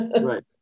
right